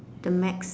the max